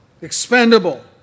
expendable